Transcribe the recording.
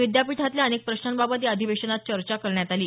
विद्यापीठातल्या अनेक प्रश्नांबाबत या अधिवेशनात चर्चा करण्यात आली